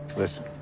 listen,